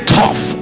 tough